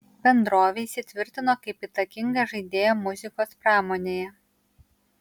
bendrovė įsitvirtino kaip įtakinga žaidėja muzikos pramonėje